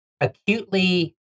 acutely